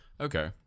Okay